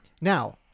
Now